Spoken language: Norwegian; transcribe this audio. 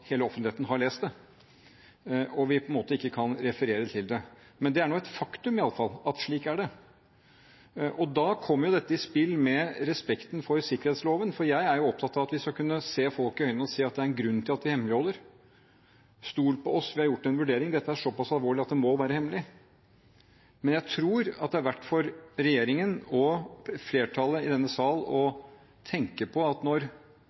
hele offentligheten har lest det og vi ikke kan referere til det. Det er et faktum i alle fall at slik er det. Da kommer respekten for sikkerhetsloven i spill. For jeg er opptatt av at vi skal kunne se folk i øynene å si at det er en grunn til at vi hemmeligholder: Stol på oss – vi har gjort en vurdering, dette er såpass alvorlig at det må være hemmelig. Jeg tror at det er verdt for regjeringen og flertallet i denne sal å tenke på at når